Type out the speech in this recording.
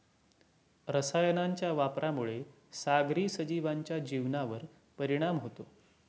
रसायनांच्या वापरामुळे सागरी सजीवांच्या जीवनावर परिणाम होतो